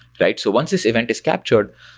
right? so once this event is captured,